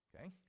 okay